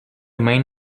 main